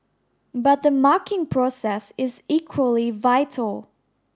but the marking process is equally vital